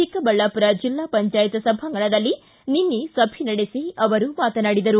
ಚಿಕ್ಕಬಳ್ಳಾಪುರ ಜಿಲ್ಲಾ ಪಂಚಾಯತ್ ಸಭಾಂಗಣದಲ್ಲಿ ನಿನ್ನೆ ಸಭೆ ನಡೆಸಿ ಅವರು ಮಾತನಾಡಿದರು